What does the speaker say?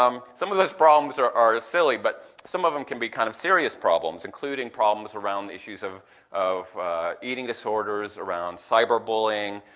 um some of those problems are are silly but some of them can be kind of serious problems, including problems around the issues of of eating disorders, around cyber bullying,